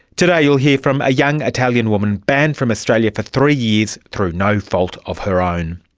today you'll hear from a young italian woman banned from australia for three years through no fault of her own,